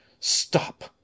Stop